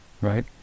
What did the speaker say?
right